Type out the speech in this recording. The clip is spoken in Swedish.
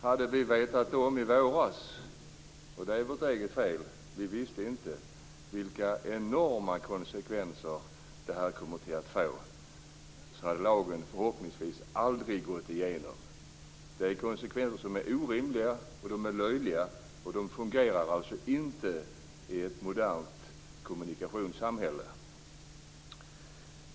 Hade vi i våras vetat - och det är vårt eget fel, vi visste inte - vilka enorma konsekvenser lagen skulle få hade den förhoppningsvis aldrig gått igenom. Konsekvenserna är löjliga och orimliga, och lagen fungerar inte i ett modernt kommunikationssamhälle.